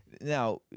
now